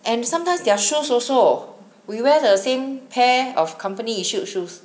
and sometimes their shoes also we wear the same pair of company issued shoes